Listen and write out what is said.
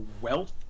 wealth